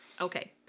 Okay